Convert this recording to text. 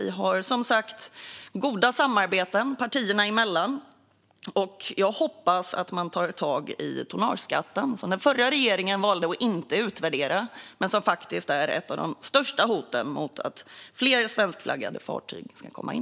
Vi har som sagt goda samarbeten partierna emellan, och jag hoppas att man tar tag i tonnageskatten som den förra regeringen valde att inte utvärdera men som faktiskt är ett av de största hoten mot att fler svenskflaggade fartyg kan komma in.